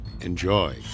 enjoy